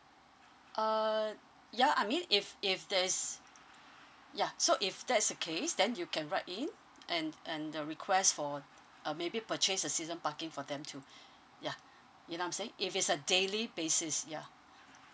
uh ya I mean if if there's ya so if that's the case then you can write in and and uh request for uh maybe purchase a season parking for them to ya you know I'm saying if it's a daily basis ya